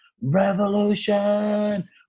Revolution